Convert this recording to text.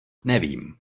nevím